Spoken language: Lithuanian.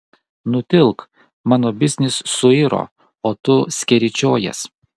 nutilk mano biznis suiro o tu skeryčiojies